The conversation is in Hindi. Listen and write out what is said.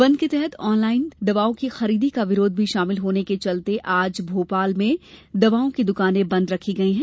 बंद के तहत ऑनलाइन दवाओं की खरीदी का विरोध भी शामिल होने के चलते आज भोपाल में भी दवाओं की द्वानें बंद रखी गई हैं